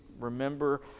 Remember